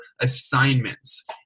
assignments